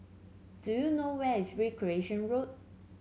do you know where is Recreation Road